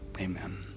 amen